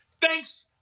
Thanks